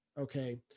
okay